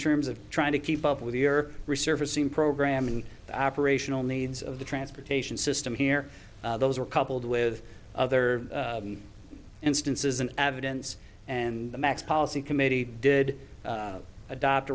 terms of trying to keep up with your resurfacing program and operational needs of the transportation system here those are coupled with other instances an avid ends and the max policy committee did adopt